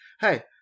Hey